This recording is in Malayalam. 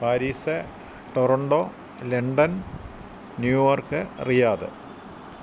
Paris Toronto London New York Riyadh